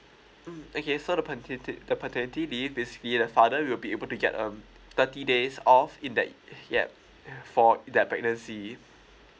mm okay so the paternity the paternity leave basically the father will be able to get um thirty days off in that yup for their pregnancy